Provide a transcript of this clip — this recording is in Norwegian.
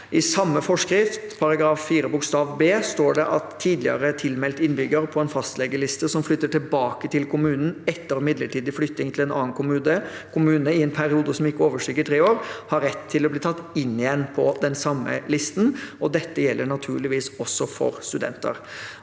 § 4 bokstav b står det at tidligere tilmeldt innbygger på en fastlegeliste som flytter tilbake til kommunen etter midlertidig flytting til en annen kommune i en periode som ikke overstiger tre år, har rett på å bli tatt inn igjen på listen. Dette gjelder naturligvis også studenter.